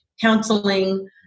counseling